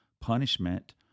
punishment